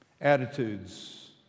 Attitudes